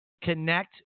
connect